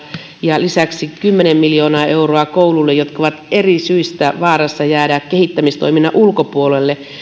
ja lisäksi tulee kymmenen miljoonaa euroa kouluille jotka ovat eri syistä vaarassa jäädä kehittämistoiminnan ulkopuolelle